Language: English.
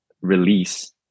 release